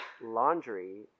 laundry